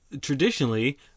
traditionally